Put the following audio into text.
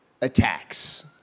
Attacks